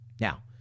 Now